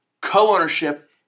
co-ownership